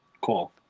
Cool